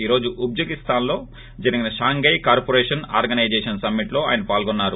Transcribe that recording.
ఈ రోజు ఉజ్పెకిస్తాన్ లో జరిగిన షాంఘై కార్పోరేషన్ ఆర్గసైజేషన్ సమ్మిట్ లో ఆయన పాల్గొన్నారు